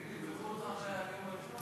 תגיד לי, בירכו אותך אחרי הנאום הראשון?